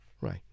Right